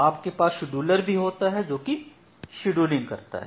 आपके पास शेड्यूलर भी होता है जोकि शेड्यूलिंग करता है